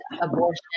abortion